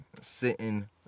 sitting